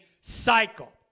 cycle